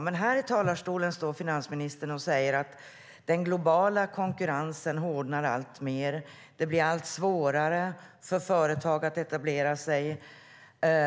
men här i talarstolen säger finansministern att den globala konkurrensen hårdnar allt mer och att det blir allt svårare för företag att etablera sig.